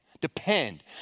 depend